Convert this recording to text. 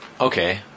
okay